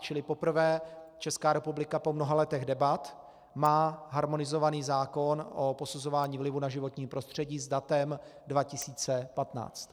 Čili poprvé Česká republika po mnoha letech debat má harmonizovaný zákon o posuzování vlivu na životní prostředí s datem 2015.